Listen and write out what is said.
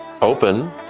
open